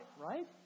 right